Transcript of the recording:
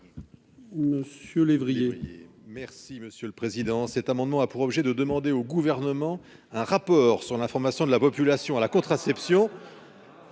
monsieur lévrier.